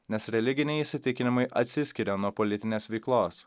nes religiniai įsitikinimai atsiskiria nuo politinės veiklos